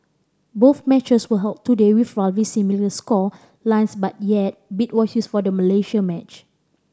both matches were held today with roughly similar score lines but yet beat was used for the Malaysia match